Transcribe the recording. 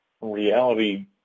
reality